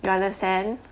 you understand